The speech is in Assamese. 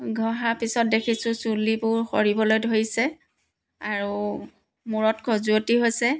ঘঁহাৰ পিছত দেখিছোঁ চুলিবোৰ সৰিবলৈ ধৰিছে আৰু মূৰত খজুৱতি হৈছে